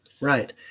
Right